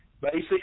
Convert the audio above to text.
Basic